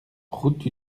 route